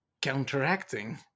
counteracting